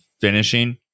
finishing